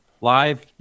live